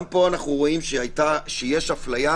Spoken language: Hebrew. גם פה אנו רואים שיש אפליה,